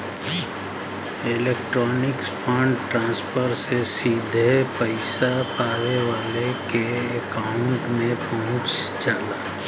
electronic fund transfer से सीधे पइसा पावे वाले के अकांउट में पहुंच जाला